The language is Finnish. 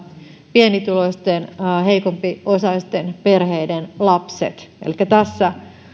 pienituloisten heikompiosaisten perheiden lapset elikkä tässä